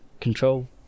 control